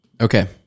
Okay